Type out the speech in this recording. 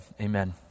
amen